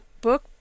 book